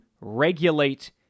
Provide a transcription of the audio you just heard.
regulate